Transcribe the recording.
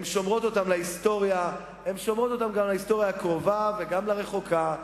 הן שומרות אותן להיסטוריה הקרובה והרחוקה,